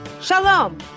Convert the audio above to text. Shalom